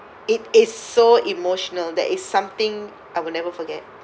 it is so emotional that is something I will never forget